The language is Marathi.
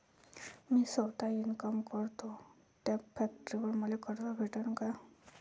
मी सौता इनकाम करतो थ्या फॅक्टरीवर मले कर्ज भेटन का?